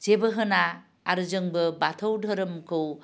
जेबो होना आरो जोंबो बाथौ धोरोमखौ